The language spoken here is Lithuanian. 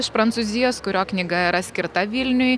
iš prancūzijos kurio knyga yra skirta vilniui